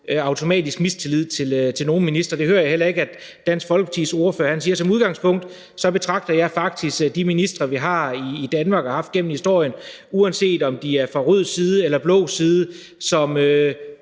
automatisk mistillid til nogle ministre. Det hører jeg heller ikke Dansk Folkepartis ordfører siger. Som udgangspunkt betragter jeg faktisk de ministre, vi har i Danmark og op igennem historien, uanset om de er fra rød side eller blå side, som